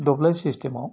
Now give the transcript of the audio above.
दब्लाय सिस्टेमाव